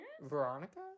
Veronica